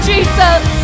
Jesus